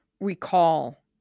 recall